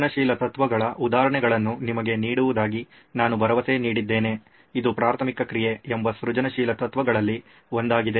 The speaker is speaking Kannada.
ಸೃಜನಶೀಲ ತತ್ವಗಳ ಉದಾಹರಣೆಗಳನ್ನು ನಿಮಗೆ ನೀಡುವುದಾಗಿ ನಾನು ಭರವಸೆ ನೀಡಿದ್ದೇನೆ ಇದು ಪ್ರಾಥಮಿಕ ಕ್ರಿಯೆ ಎಂಬ ಸೃಜನಶೀಲ ತತ್ವಗಳಲ್ಲಿ ಒಂದಾಗಿದೆ